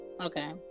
Okay